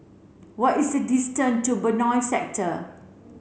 what is the to Benoi Sector